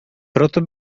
proto